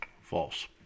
False